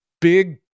big